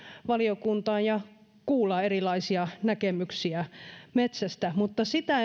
valiokuntaan ja kuulla erilaisia näkemyksiä metsästä mutta sitä